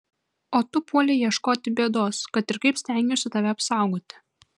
o tu puolei ieškoti bėdos kad ir kaip stengiausi tave apsaugoti